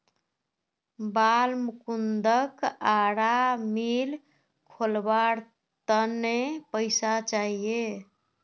बालमुकुंदक आरा मिल खोलवार त न पैसा चाहिए